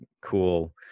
cool